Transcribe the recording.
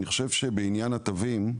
אני חושב שבעניין התווים,